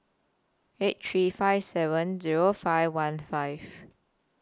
eight three five seven Zero five one five